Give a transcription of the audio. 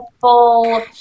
full